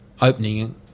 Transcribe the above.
opening